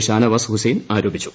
ഷാനവാസ് ഹൂസൈൻ ആരോപിച്ചു